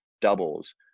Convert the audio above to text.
doubles